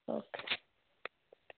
okay